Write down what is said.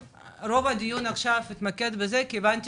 רוב הדיון יתמקד בזה עכשיו כי הבנתי